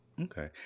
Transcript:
Okay